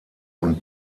und